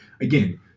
again